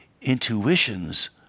intuitions